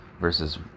versus